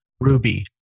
Ruby